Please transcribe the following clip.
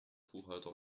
buchhalter